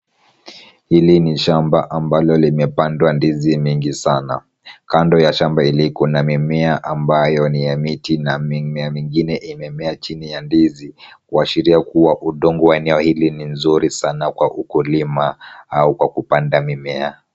Hili ni shamba ambalo limepandwa ndizi mingi sana. Kando ya shamba hili kuna mimea ambayo ni ya miti na mimea mingine imemea chini ya ndizi kuashiria kuwa udongo wa eneo hili ni nzuri sana kwa ukulima au kwa kupanda mimea.